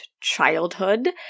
childhood